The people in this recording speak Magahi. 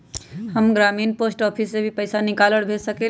हम ग्रामीण पोस्ट ऑफिस से भी पैसा निकाल और भेज सकेली?